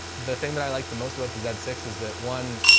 the thing that i liked the most about this ad six is that one,